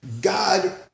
God